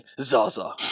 Zaza